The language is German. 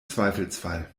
zweifelsfall